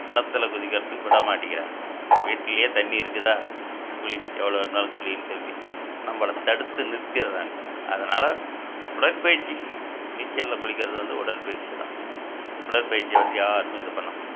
கிணத்துல குதிக்கறதுக்கு விட மாட்டிங்கிறாங்க வீட்லேயே தண்ணி இருக்குதா குளி எவ்வளோ வேணும்னாலும் குளின்னு சொல்லி நம்மளத் தடுத்து நிறுத்திடறாங்க அதனால் உடற்பயிற்சி நீச்சல்ல குளிக்கிறது வந்து உடற்பயிற்சி தான் உடற்பயிற்சியை வந்து யாருமே இதுப் பண்ண முடியாது